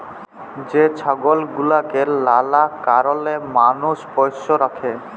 যে ছাগল গুলাকে লালা কারলে মালুষ পষ্য রাখে